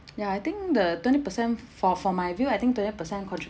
ya I think the twenty percent for for my view I think twenty percent contribution